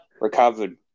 recovered